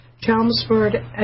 Chelmsford